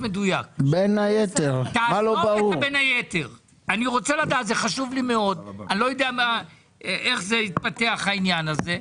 נותקף בתקשורת למה אנחנו לא עושים אבל לא מעניין אותנו.